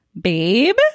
Babe